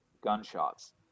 gunshots